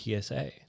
psa